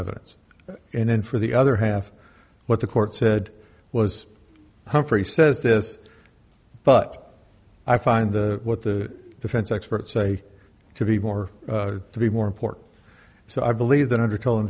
evidence and then for the other half what the court said was humphrey says this but i find the what the defense experts say to be more to be more important so i believe that undertone